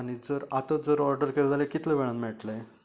आनी जर आता जर ऑर्डर केल जाल्यार कितलें वेळान मेळटले